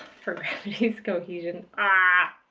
for gravity's cohesion! ah